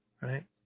Right